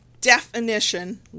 definition